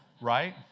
Right